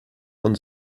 von